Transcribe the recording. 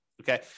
Okay